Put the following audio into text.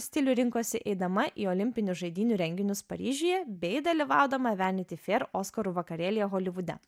stilių rinkosi eidama į olimpinių žaidynių renginius paryžiuje bei dalyvaudama veniti feir oskarų vakarėlyje holivude